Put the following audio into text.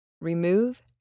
Remove